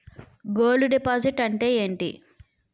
Gold deposit అంతే ఎంటి?